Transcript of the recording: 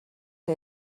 خبر